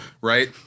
Right